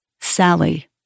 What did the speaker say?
Sally